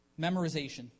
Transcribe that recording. Memorization